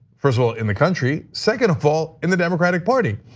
first of all in the country, second of all, in the democratic party.